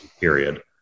period